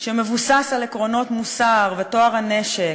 שמבוסס על עקרונות מוסר וטוהר הנשק,